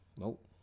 Nope